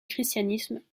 christianisme